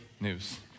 news